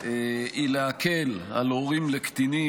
היא להקל על הורים לקטינים,